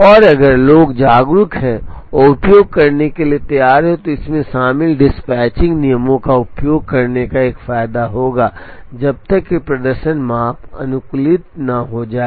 और अगर लोग जागरूक हैं और उपयोग करने के लिए तैयार हैं तो इसमें शामिल डिस्पैचिंग नियमों का उपयोग करने का एक फायदा होगा जब तक कि प्रदर्शन माप अनुकूलित न हो जाए